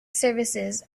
services